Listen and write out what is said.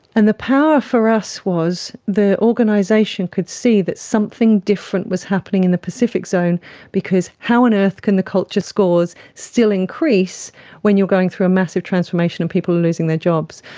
and the power for us was the organisation could see that something different was happening in the pacific zone because how on earth can the culture scores still increase when you are going through a massive transformation and people are losing their jobs.